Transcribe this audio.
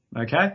Okay